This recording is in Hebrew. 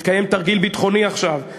מתקיים עכשיו תרגיל ביטחוני שמשתתפות